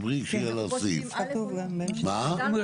הנושא הזה נדון גם בתוך הממשלה ביחד עם גורמי משרד המשפטים,